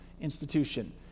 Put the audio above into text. institution